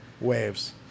waves